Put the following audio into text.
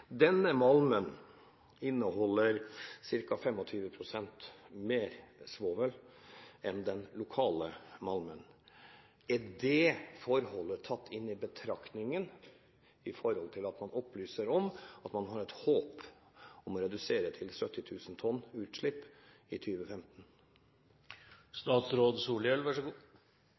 Denne malmen inneholder ca. 25 pst. mer svovel enn den lokale malmen. Er det forholdet tatt i betraktning når man opplyser om at man har et håp om å redusere til 70 000 tonn utslipp i